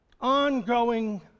ongoing